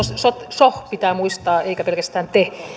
so pitää muistaa eikä pelkästään te